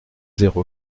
zéro